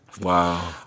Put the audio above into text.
Wow